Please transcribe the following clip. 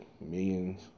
millions